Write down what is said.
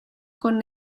con